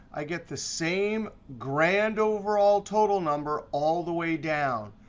i get the same grand overall total number all the way down.